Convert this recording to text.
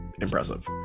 impressive